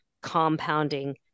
compounding